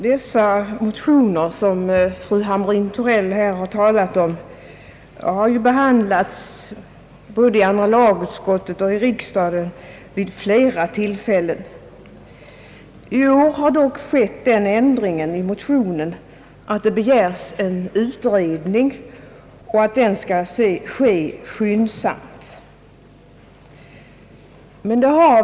Herr talman! Motioner liknande dem som fru Hamrin-Thorell har talat om har behandlats tidigare vid flera tillfällen både i andra lagutskottet och i kamrarna. I år har motionärerna emellertid begärt en utredning, vilken skulle ske skyndsamt.